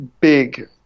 big